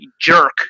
jerk